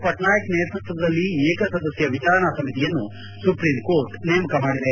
ಪಟ್ನಾಯಕ್ ನೇತೃತ್ತದಲ್ಲಿ ಏಕಸದಸ್ನ ವಿಚಾರಣಾ ಸಮಿತಿಯನ್ನು ಸುಪ್ರೀಂಕೋರ್ಟ್ ನೇಮಕ ಮಾಡಿದೆ